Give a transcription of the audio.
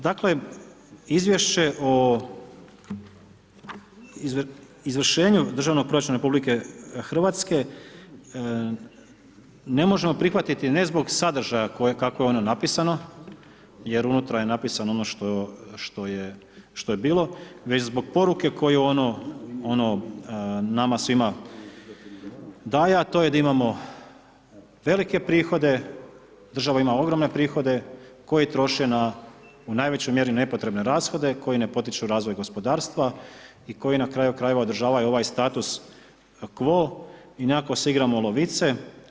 Dakle, Izvješće o izvršenju državnog proračuna Republike Hrvatske, ne možemo prihvatiti ne zbog sadržaja kako je ono napisano jer unutra je napisana ono što je bilo, već zbog poruke koju ono nama svima daje a to je da imamo velike prihode, država ima ogromne prihode koji troše na, u najvećoj mjeri na nepotrebne rashode koji ne potiču razvoj gospodarstva i koji na kraju krajeva održavaju ovaj status quo i nekako se igramo lovice.